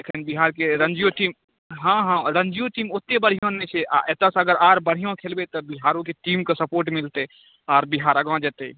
एखन बिहारके रणजियो टीम हँ हँ रणजियो टीम ओतेक बढ़िआँ नहि छै आ एतऽसँ अगर आर बढ़िआँ खेलबै तऽ बिहारोके टीमके सपोर्ट मिलतै आर बिहार आगाँ जयतै